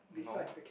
no